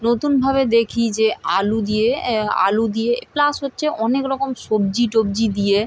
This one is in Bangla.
নতুনভাবে দেখি যে আলু দিয়ে আলু দিয়ে প্লাস হচ্ছে অনেকরকম সবজি টবজি দিয়ে